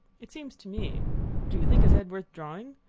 it seems to me do you think his head worth drawing?